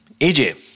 AJ